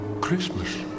Christmas